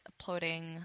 uploading